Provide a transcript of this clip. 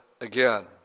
again